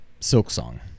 Silksong